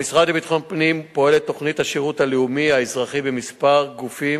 במשרד לביטחון פנים פועלת תוכנית השירות הלאומי האזרחי בכמה גופים.